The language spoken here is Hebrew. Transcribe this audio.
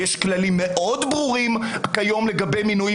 יש כללים מאוד ברורים כיום לגבי מינויים,